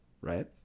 right